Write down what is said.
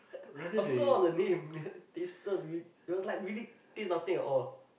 I forgot all the name it tasted it was like taste nothing at all